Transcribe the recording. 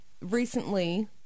recently